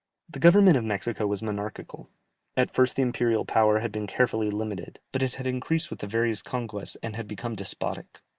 the government of mexico was monarchical at first the imperial power had been carefully limited, but it had increased with the various conquests, and had become despotic.